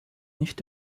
nicht